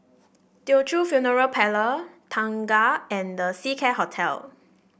Teochew Funeral Parlour Tengah and The Seacare Hotel